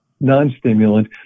non-stimulant